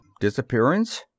Disappearance